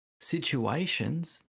situations